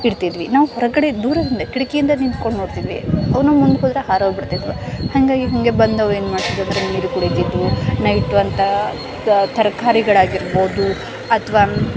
ಇರ್ತಿದ್ವಿ ನಾವು ಹೊರಗಡೆ ದೂರದಿಂದಲೇ ಕಿಟ್ಕಿಯಿಂದ ನಿಂತ್ಕೊಂಡು ನೋಡ್ತಿದ್ವಿ ಅವು ನಮ್ಮ ಮುಂದೆ ಹೋದ್ರೆ ಹಾರಿ ಹೋಗಿ ಬಿಡ್ತಿದ್ವು ಹಾಗಾಗಿ ಹೀಗೆ ಬಂದವು ಏನು ಮಾಡ್ತಿದ್ದವು ನೀರು ಕುಡಿತಿದ್ದವು ನೈಟು ಅಂತ ತರಕಾರಿಗಳಾಗಿರ್ಬೋದು ಅಥ್ವಾ